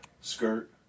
skirt